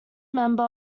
member